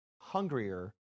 hungrier